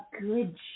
good